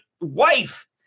wife